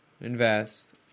invest